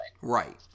right